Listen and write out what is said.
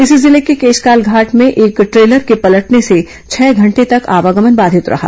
इसी जिले के केशकाल घाट में एक ट्रेलर के पलटने से छह घंटे तक आवागमन बाधित रहा